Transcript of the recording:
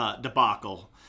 debacle